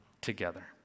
together